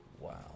wow